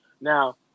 Now